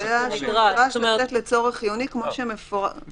זה היה "נדרש לצאת לצורך חיוני כמפורט בתקנה זו".